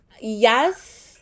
Yes